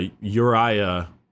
Uriah